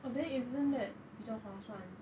oh then isn't that 比较划算